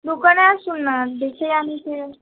দোকানে আসুন না দেখে যান